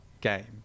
game